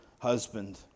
husband